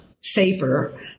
safer